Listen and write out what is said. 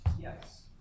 Yes